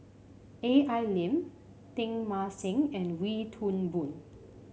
Al Lim Teng Mah Seng and Wee Toon Boon